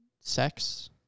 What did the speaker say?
sex